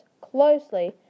closely